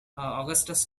augustus